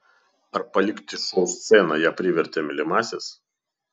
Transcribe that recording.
ar palikti šou sceną ją privertė mylimasis